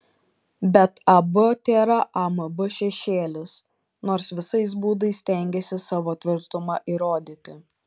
bet ab tėra amb šešėlis nors visais būdais stengiasi savo tvirtumą įrodyti